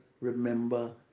remember